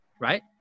Right